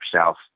south